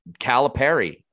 Calipari